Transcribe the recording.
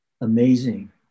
amazing